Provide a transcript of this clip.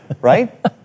right